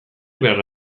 behar